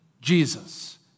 Jesus